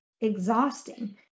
exhausting